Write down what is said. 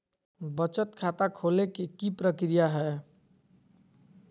बचत खाता खोले के कि प्रक्रिया है?